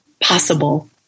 possible